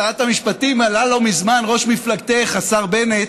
שרת המשפטים, עלה לא מזמן ראש מפלגתך, השר בנט,